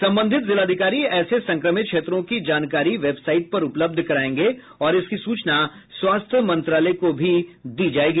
संबंधित जिलाधिकारी ऐसे संक्रमित क्षेत्रों की जानकारी वेबसाइट पर उपलब्ध कराएंगे और इसकी सूचना स्वास्थ्य मंत्रालय को भी दी जाएगी